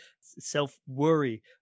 self-worry